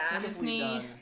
Disney